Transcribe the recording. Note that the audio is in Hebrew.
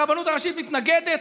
הרבנות הראשית מתנגדת,